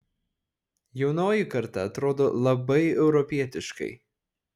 jaunoji karta atrodo labai europietiškai